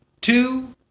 two